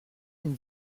une